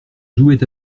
jouait